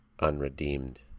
unredeemed